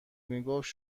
میگفت